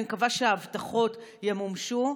אני מקווה שההבטחות ימומשו.